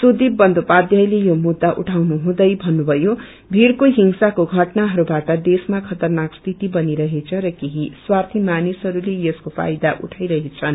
सुरीप बन्दोपाध्यायले यो मुद्दा उठाउनु हुँदै भन्नुभयो भीड़को डिंसाको घटनाहरूबाट देशमा खतरनाक स्थिति बनि रहेछ र केशी स्वार्थी मानिसहरूले यसको व्यवा उठाईरहेछन्